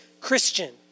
Christian